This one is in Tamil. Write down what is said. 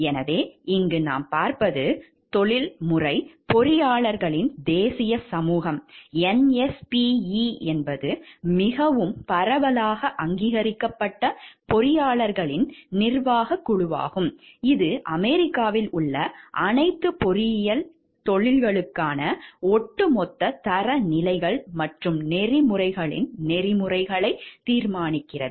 எனவே இங்கு நாம் பார்ப்பது தொழில்முறை பொறியாளர்களின் தேசிய சமூகம் என்பது மிகவும் பரவலாக அங்கீகரிக்கப்பட்ட பொறியாளர்களின் நிர்வாகக் குழுவாகும் இது அமெரிக்காவில் உள்ள அனைத்து பொறியியல் தொழில்களுக்கான ஒட்டுமொத்த தரநிலைகள் மற்றும் நெறிமுறைகளின் நெறிமுறைகளை தீர்மானிக்கிறது